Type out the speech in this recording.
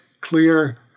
clear